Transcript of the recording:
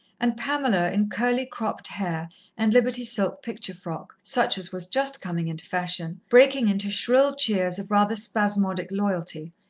and pamela, in curly, cropped hair and liberty silk picture frock, such as was just coming into fashion, breaking into shrill cheers of rather spasmodic loyalty,